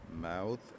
mouth